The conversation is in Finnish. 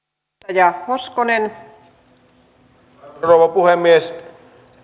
arvoisa rouva puhemies